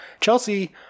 Chelsea